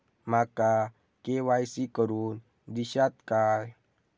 माका के.वाय.सी करून दिश्यात काय?